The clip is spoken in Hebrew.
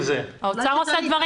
האוצר לפעמים עושה דברים